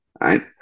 right